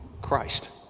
Christ